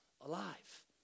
alive